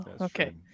Okay